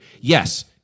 yes